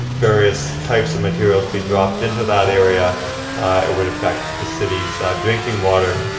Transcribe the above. various types of materials be dropped into that area it would affect the city's drinking water.